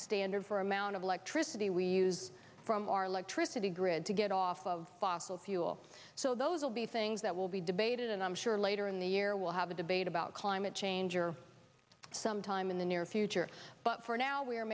standard for amount of electricity we use from our electricity grid to get off of fossil fuel so those will be things that will be debated and i'm sure later in the year we'll have a debate about climate change or sometime in the near future but for now we are